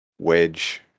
wedge